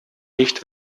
nicht